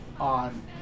on